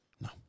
No